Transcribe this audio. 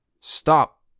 Stop